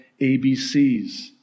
ABCs